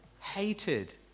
hated